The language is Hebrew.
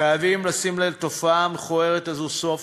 חייבים לשים לתופעה המכוערת הזו סוף